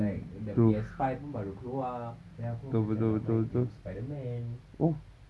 like the P_S five pun baru keluar then aku macam like nak main game spiderman